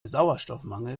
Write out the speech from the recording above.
sauerstoffmangel